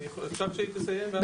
אפשר שהיא תסיים ואז?